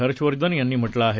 हर्षवर्धन यांनी म्हटलं आहे